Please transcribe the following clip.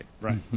Right